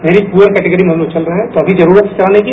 मेरी poor category में हमलोग चल रहे हैं तो अमी जरूरत है चलाने की